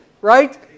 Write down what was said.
Right